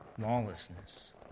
lawlessness